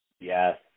Yes